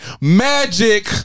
Magic